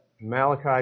Malachi